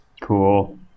Cool